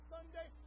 Sunday